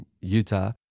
Utah